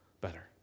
better